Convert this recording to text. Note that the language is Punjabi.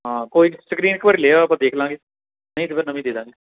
ਹਾਂ ਕੋਈ ਸਕਰੀਨ ਇੱਕ ਵਾਰੀ ਲੈ ਆਇਓ ਆਪਾਂ ਦੇਖ ਲਵਾਂਗੇ ਨਹੀਂ ਤਾਂ ਫਿਰ ਨਵੀਂ ਦੇ ਦੇਵਾਂਗੇ